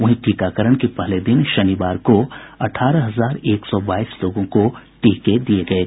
वहीं टीकाकरण के पहले दिन शनिवार को अठारह हजार एक सौ बाईस लोगों को टीके दिये गये थे